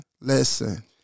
listen